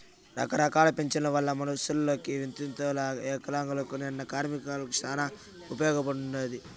రకరకాల పింఛన్ల వల్ల ముసలోళ్ళకి, వితంతువులకు వికలాంగులకు, నిన్న కార్మికులకి శానా ఉపయోగముండాది